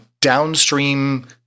downstream